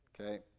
Okay